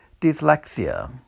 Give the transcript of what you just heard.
dyslexia